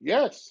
Yes